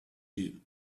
you